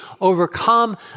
overcome